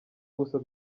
gusa